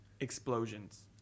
Explosions